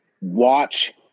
watch